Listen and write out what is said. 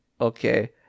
okay